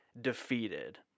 defeated